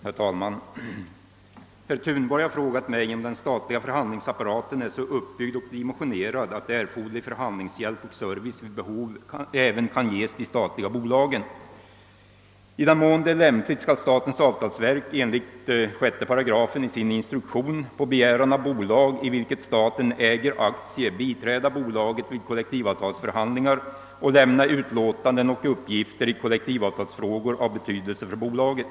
Herr talman! Herr Thunborg har frågat mig om den statliga förhandlings apparaten är så uppbyggd och dimensionerad att erforderlig förhandlingshjälp och service vid behov även kan ges de statliga bolagen. I den mån det är lämpligt skall statens avtalsverk enligt 6 § i sin instruktion på begäran av bolag i vilket staten äger aktie biträda bolaget vid kollektivavtalsförhandlingar och lämna utlåtanden och uppgifter i kollektivavtalsfrågor av betydelse för bolaget.